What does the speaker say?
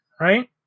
right